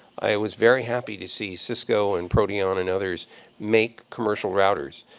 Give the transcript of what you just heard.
i was very happy to see cisco and proteon and others make commercial routers.